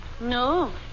No